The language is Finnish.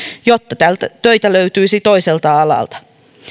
jotta töitä löytyisi toiselta alalta